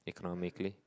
economically